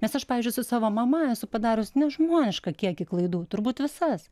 nes aš pavyzdžiui su savo mama esu padarius nežmonišką kiekį klaidų turbūt visas